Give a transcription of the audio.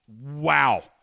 Wow